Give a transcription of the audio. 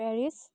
Paris